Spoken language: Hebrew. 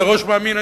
מראש מאמין,